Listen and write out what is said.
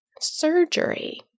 surgery